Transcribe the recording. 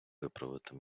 виправити